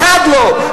אחת לא,